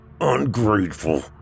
ungrateful